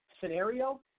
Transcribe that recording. scenario